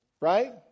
Right